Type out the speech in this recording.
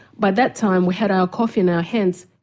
by that time we had our coffee in our hands.